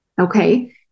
Okay